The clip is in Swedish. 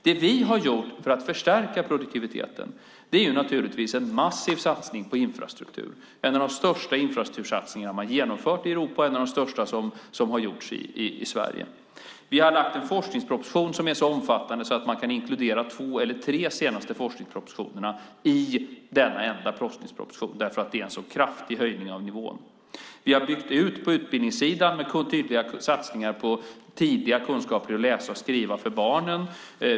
Det vi har gjort för att förstärka produktiviteten är naturligtvis en massiv satsning på infrastruktur, en av de största infrastruktursatsningarna man har genomfört i Europa och en av de största som har gjorts i Sverige. Vi har lagt fram en forskningsproposition som är så omfattande att man kan inkludera två eller tre av de senaste forskningspropositionerna i denna enda därför att det är en så kraftig höjning av nivån. Vi har byggt ut på utbildningssidan med tydliga satsningar på tidiga kunskaper för barnen i att läsa och skriva.